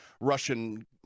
Russian